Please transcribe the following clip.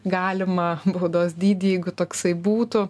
galimą baudos dydį jeigu toksai būtų